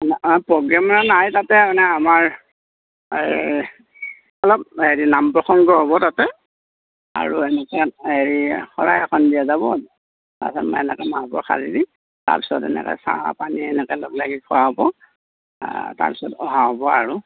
নাই প্ৰ'গ্ৰেম মানে নাই তাতে মানে আমাৰ এই অলপ হেৰি নাম প্ৰসংগ হ'ব তাতে আৰু এনেকৈ এই শৰাই এখন দিয়া যাব এনেকৈ মাহ প্ৰসাদেদি তাৰপিছত তেনেকে চাহ পানী এনেকৈ লগ লাগি খোৱা হ'ব তাৰ পিছত অহা হ'ব আৰু